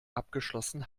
abgeschlossen